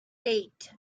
eight